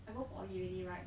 I go poly already right